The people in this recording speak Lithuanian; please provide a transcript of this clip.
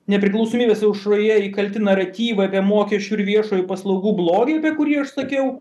nepriklausomybės aušroje įkalti naratyvai apie mokesčių ir viešojo paslaugų blogį apie kurį aš sakiau